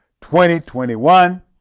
2021